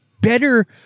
better